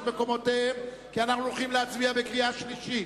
מקומותיהם כי אנחנו הולכים להצביע בקריאה שלישית,